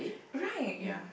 right